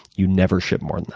you never ship more than that.